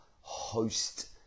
host